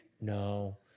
No